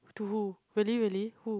to who really really who